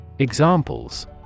Examples